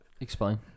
Explain